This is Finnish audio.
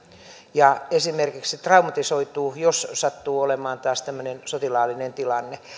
ja esimerkiksi traumatisoituu jos sattuu olemaan taas tämmöinen sotilaallinen tilanne